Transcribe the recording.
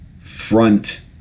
front